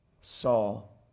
Saul